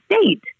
state